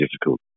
difficult